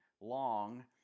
long